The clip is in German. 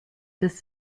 des